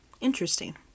Interesting